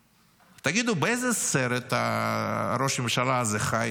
תגידו, באיזה סרט ראש הממשלה הזה חי